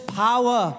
power